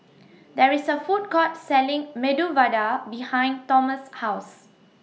There IS A Food Court Selling Medu Vada behind Tomas' House